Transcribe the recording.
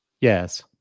Yes